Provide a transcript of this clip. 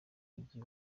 mujyi